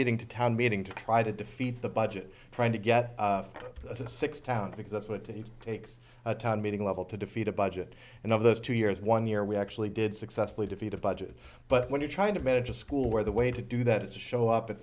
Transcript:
meeting to town meeting to try to defeat the budget trying to get a six town because that's what to takes a town meeting level to defeat a budget and of those two years one year we actually did successfully defeat a budget but when you're trying to manage a school where the way to do that is to show up at